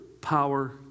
power